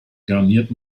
garniert